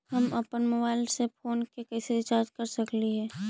हम अप्पन mobile phone के कैसे रिचार्ज कर सकली हे?